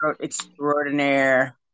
extraordinaire